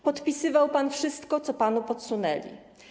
Podpisywał pan wszystko, co panu podsunęli.